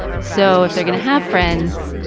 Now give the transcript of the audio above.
so if they're going to have friends,